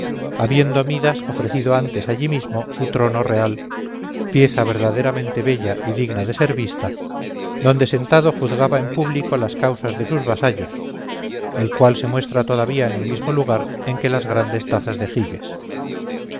habiendo midas ofrecido antes allí mismo su trono real pieza verdaderamente bella y digna de ser vista donde sentado juzgaba en público las causas de sus vasallos el cual se muestra todavía en el mismo lugar en que las grandes tazas de giges